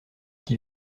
qui